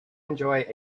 enjoy